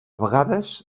vegades